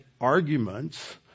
arguments